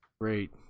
Great